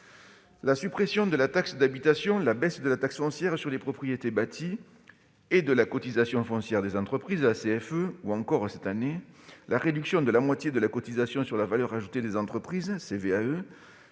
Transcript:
La suppression de la taxe d'habitation, la baisse de la taxe foncière sur les propriétés bâties et de la cotisation foncière des entreprises (CFE), ou encore, cette année, la réduction de la moitié de la cotisation sur la valeur ajoutée des entreprises (CVAE)